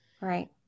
Right